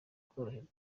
koroherwa